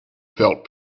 felt